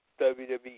WWE